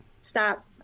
Stop